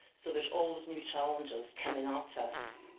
so there's always new challenges coming at us.